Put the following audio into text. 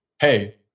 hey